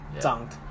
dunk